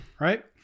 right